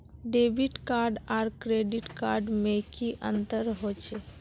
Debit card आर credit card में की अंतर होचे?